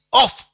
off